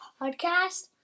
podcast